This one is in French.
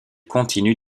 continuent